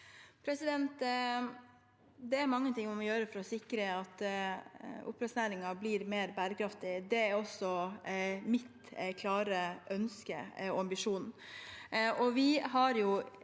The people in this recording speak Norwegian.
Det er mange ting vi må gjøre for å sikre at oppdrettsnæringen blir mer bærekraftig. Det er også mitt klare ønske og min ambisjon.